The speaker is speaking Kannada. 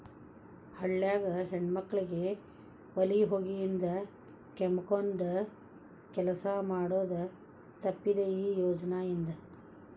ಹಳ್ಯಾಗ ಹೆಣ್ಮಕ್ಕಳಿಗೆ ಒಲಿ ಹೊಗಿಯಿಂದ ಕೆಮ್ಮಕೊಂದ ಕೆಲಸ ಮಾಡುದ ತಪ್ಪಿದೆ ಈ ಯೋಜನಾ ಇಂದ